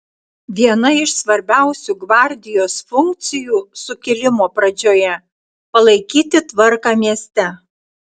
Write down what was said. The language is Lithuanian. viena iš svarbiausių gvardijos funkcijų sukilimo pradžioje palaikyti tvarką mieste